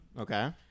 Okay